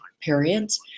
periods